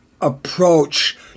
approach